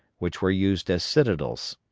which were used as citadels.